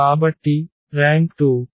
కాబట్టి ర్యాంక్ 2